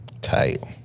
Tight